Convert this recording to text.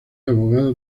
abogado